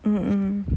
mmhmm